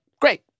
great